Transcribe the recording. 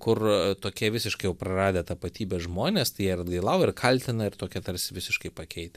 kur tokie visiškai jau praradę tapatybę žmonės tai jie ir atgailauja ir kaltina ir tokie tarsi visiškai pakeitę